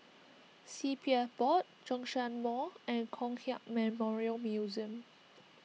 C P F Board Zhongshan Mall and Kong Hiap Memorial Museum